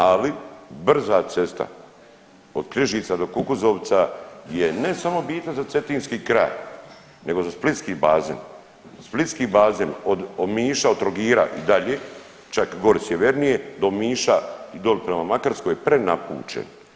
Ali brza cesta od Križica do Kukuzovca ne samo bitna za Cetinski kraj, nego za splitski bazen, splitski bazen od Omiša, od Trogira i dalje čak gore sjevernije do Omiša i doli prema Makarskoj je prenapučen.